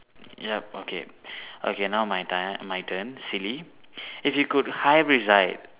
yup okay okay now my time my turn silly if you could hybridise